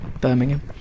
Birmingham